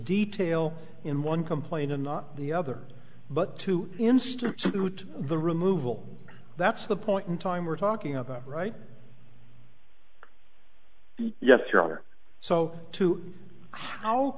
detail in one complaint and not the other but to institute the removal that's the point in time we're talking about right yes your honor so two how